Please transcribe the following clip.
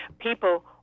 people